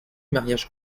mariage